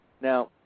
Now